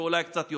ואולי קצת יותר.